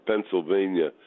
Pennsylvania